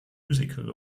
musical